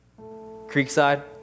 Creekside